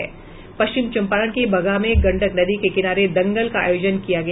पश्चिम चंपारण के बगहा में गंडक नदी के किनारे दंगल का आयोजन किया गया